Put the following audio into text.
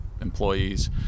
employees